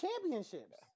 championships